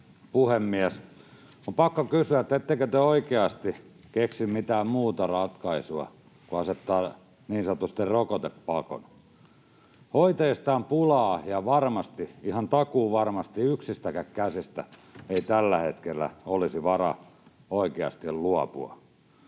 puhemies! On pakko kysyä, ettekö te oikeasti keksi mitään muuta ratkaisua kuin asettaa niin sanotusti rokotepakon. Hoitajista on pulaa, ja varmasti, ihan takuuvarmasti, yksistäkään käsistä ei tällä hetkellä olisi varaa oikeasti luopua.